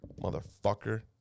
motherfucker